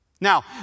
Now